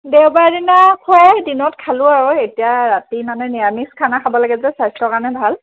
দেওবাৰ দিনা খোৱা এই দিনত খালো আৰু এতিয়া ৰাতি মানে নিৰামিষ খানা খাব লাগে যে স্বাস্থ্যৰ কাৰণে ভাল